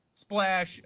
splash